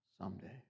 someday